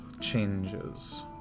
changes